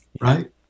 right